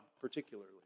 particularly